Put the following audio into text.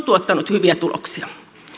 tuottanut hyviä tuloksia